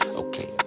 okay